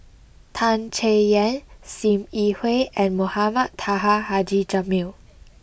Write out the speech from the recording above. Tan Chay Yan Sim Yi Hui and Mohamed Taha Haji Jamil